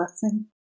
blessing